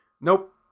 Nope